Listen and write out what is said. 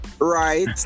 Right